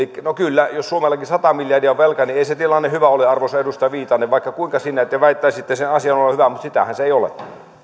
no kyllä jos suomellakin sata miljardia on velkaa niin ei se tilanne hyvä ole arvoisa edustaja viitanen vaikka te kuinka siinä väittäisitte sen asian olevan hyvä sitähän se ei ole